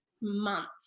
months